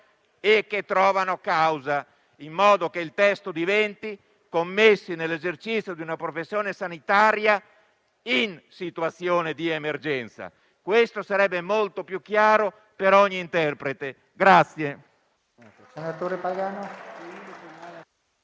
«e che trovano causa», in modo che il testo diventi: «commessi nell'esercizio di una professione sanitaria in situazione di emergenza». Questa formulazione sarebbe molto più chiara per ogni interprete.